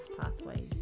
pathway